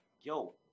yo